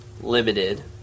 limited